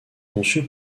conçu